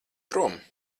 prom